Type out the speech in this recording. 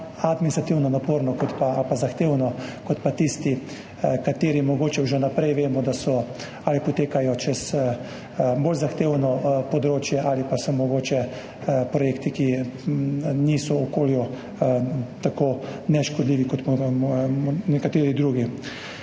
administrativno naporno ali zahtevno, kot pa tisti, za katere mogoče že vnaprej vemo, da so ali potekajo čez bolj zahtevno področje ali so mogoče projekti, ki niso okolju tako neškodljivi kot nekateri drugi.